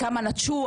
כמה נטשו,